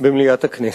במליאת הכנסת.